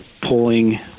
pulling